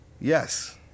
yes